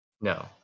No